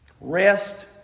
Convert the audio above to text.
Rest